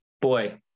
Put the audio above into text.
boy